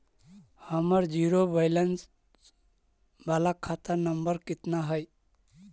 हमर zero balance बाला खाता नम्बर कितना है?